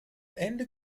ende